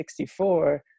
1964